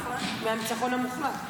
מהניצחון המוחלט.